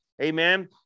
Amen